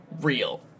real